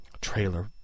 trailer